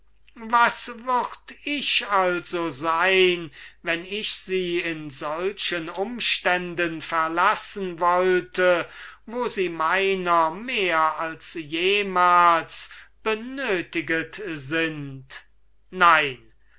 was würd ich also sein wenn ich sie in solchen umständen verlassen wollte wo sie meiner mehr als jemals benötiget sind nein